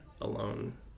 alone